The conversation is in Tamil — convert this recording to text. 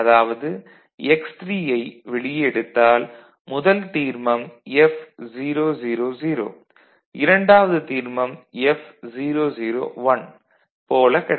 அதாவது x3 ஐ வெளியே எடுத்தால் முதல் தீர்மம் F 0 0 0 இரண்டாவது தீர்மம் F 0 0 1 போலக் கிடைக்கும்